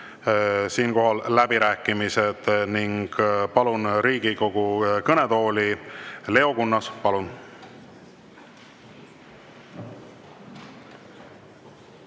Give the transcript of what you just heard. siinkohal läbirääkimised ning palun Riigikogu kõnetooli Leo Kunnase. Palun!